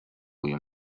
uyu